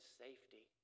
safety